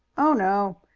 oh, no.